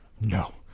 no